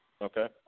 Okay